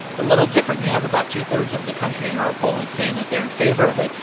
it's a little different. you have about two-thirds of the country in our polling saying that they're in favor of it,